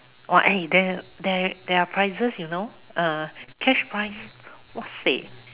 !wah! eh there there there are prizes you know ah cash prizes !wahseh!